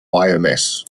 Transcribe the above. biomass